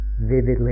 vividly